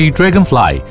Dragonfly